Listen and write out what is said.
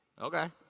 Okay